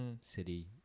City